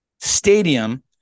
stadium